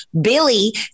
Billy